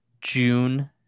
june